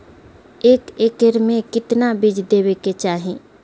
एक एकड़ मे केतना बीज देवे के चाहि?